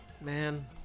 man